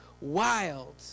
wild